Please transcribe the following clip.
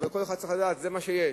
אבל כל אחד צריך לדעת שזה מה שיש,